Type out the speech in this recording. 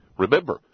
Remember